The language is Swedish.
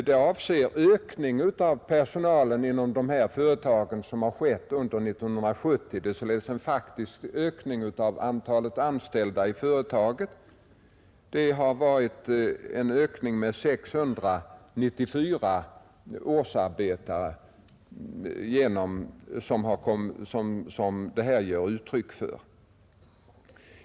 Det avser den ökning av personalen som skett inom företag inom det inre stödområdet under 1970. Det är således en faktisk ökning av antalet anställda i företagen. Detta motsvarar en ökning med 694 årsarbetare.